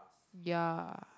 ya